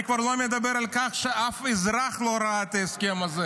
אני כבר לא מדבר על כך שאף אזרח לא ראה את ההסכם הזה.